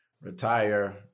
retire